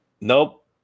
Nope